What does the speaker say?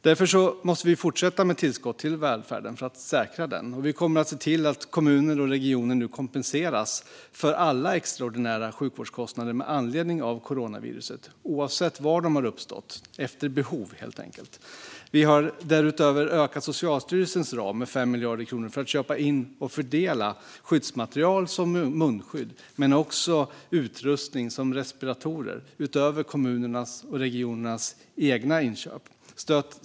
Därför måste vi fortsätta med tillskott till välfärden, för att säkra den. Vi kommer att se till att kommuner och regioner nu kompenseras för alla extraordinära sjukvårdskostnader med anledning av coronaviruset, oavsett var de har uppstått, efter behov, helt enkelt. Vi har därutöver ökat Socialstyrelsens ram med 5 miljarder kronor för att köpa in och fördela skyddsmaterial som munskydd men också utrustning som respiratorer, utöver kommunernas och regionernas egna inköp.